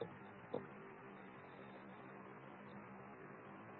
D